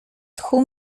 tchu